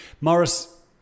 Morris